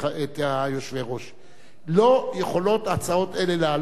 לא יכולות הצעות אלה לעלות אלא במסגרת הצמדתן,